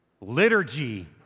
liturgy